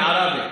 עבאהרה מעראבה.